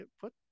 put